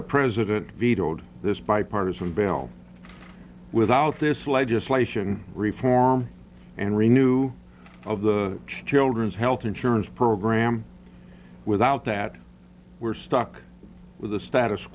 the president vetoed this bipartisan bill without this legislation reform and we knew of the children's health insurance program without that we're stuck with the status